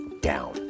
down